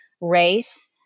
race